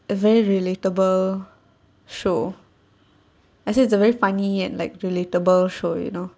a very relatable show actually it's a very funny and like relatable show you know